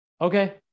okay